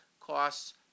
costs